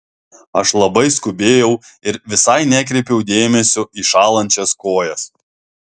aš labai skubėjau ir visai nekreipiau dėmesio į šąlančias kojas